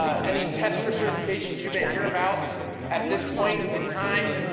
any test or certifications you may hear about at this point in time,